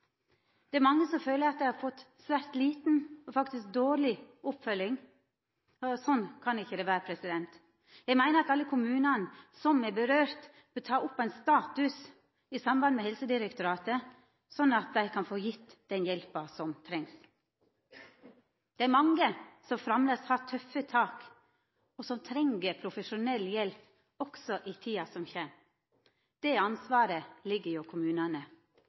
Det er mange som føler at dei har fått svært lita – faktisk dårleg – oppfølging. Slik kan det ikkje vera. Eg meiner at alle kommunane som dette gjeld, bør ta opp ein status saman med Helsedirektoratet, slik at dei kan få gjeve den hjelpa som trengst. Det er mange som framleis har tøffe tak, og som treng profesjonell hjelp også i tida som kjem. Det ansvaret ligg hjå kommunane.